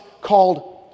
called